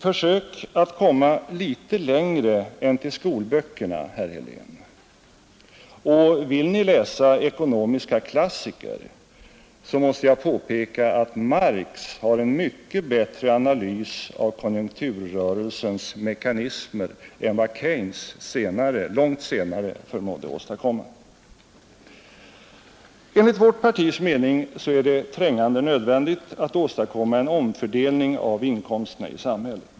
Försök att komma litet längre än till skolböckerna, herr Helén! Och vill ni läsa ekonomiska klassiker, så måste jag påpeka att Marx har en mycket bättre analys av konjunkturrörelsens mekanismer än vad Keynes långt senare förmådde åstadkomma. Enligt vårt partis mening är det trängande nödvändigt att åstadkomma en omfördelning av inkomsterna i samhället.